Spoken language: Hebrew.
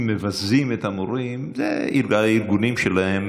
"מבזים את המורים" אלה הארגונים שלהם.